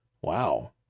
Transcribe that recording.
wow